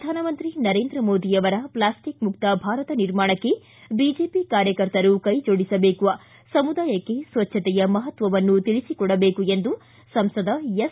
ಪ್ರಧಾನಮಂತ್ರಿ ನರೇಂದ್ರ ಮೋದಿಯವರ ಪ್ಲಾಸ್ಟಿಕ್ ಮುಕ್ತ ಭಾರತ ನಿರ್ಮಾಣಕ್ಕೆ ಬಿಜೆಪಿ ಕಾರ್ಯಕರ್ತರು ಕೈಜೋಡಿಸಬೇಕು ಸಮುದಾಯಕ್ಕೆ ಸ್ವಚ್ಛತೆಯ ಮಹತ್ವವನ್ನು ತಿಳಿಸಿಕೊಡಬೇಕು ಎಂದು ಸಂಸದ ಎಸ್